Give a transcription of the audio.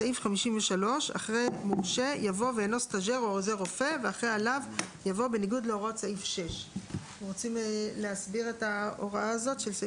עשה רופא מומחה אחת מאלה, דינו הקנס הקבוע בסעיף